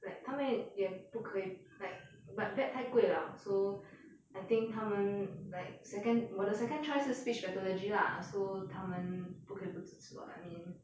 like 他们也不可以 like but vet 太贵了 so I think 他们 like second 我的 second choice 是 speech pathology lah so 他们不可以不支持 lah I mean